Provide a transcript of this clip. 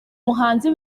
muhanzi